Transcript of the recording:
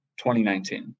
2019